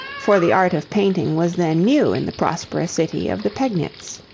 for the art of painting was then new in the prosperous city of the pegnitz.